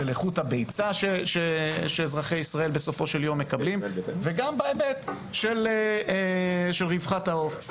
של איכות הביצה שאזרחי ישראל מקבלים וגם בהיבט של רווחת העוף.